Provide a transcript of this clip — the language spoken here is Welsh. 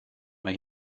mae